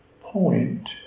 point